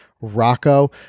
Rocco